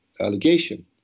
allegation